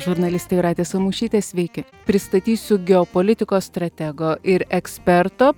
žurnalistė jūratė samušytė sveiki pristatysiu geopolitikos stratego ir eksperto